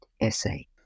essay